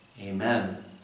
Amen